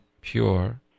pure